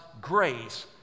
grace